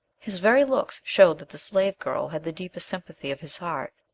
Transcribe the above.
his very looks showed that the slave girl had the deepest sympathy of his heart.